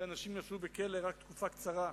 שאנשים ישבו בכלא רק תקופה קצרה.